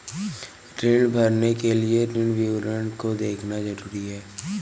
ऋण भरने के लिए ऋण विवरण को देखना ज़रूरी है